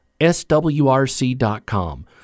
SWRC.com